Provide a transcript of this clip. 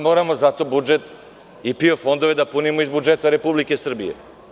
Zato sada moramo budžet i PIO fondove da punimo iz budžeta Republike Srbije.